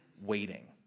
waiting